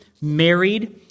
married